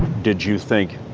did you think,